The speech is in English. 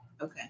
Okay